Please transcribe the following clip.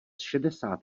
šedesát